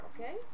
Okay